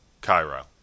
Cairo